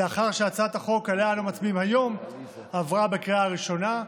לאחר שהצעת החוק שעליה אנו מצביעים היום עברה בקריאה ראשונה,